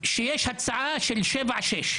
השאלה איזה יהודים.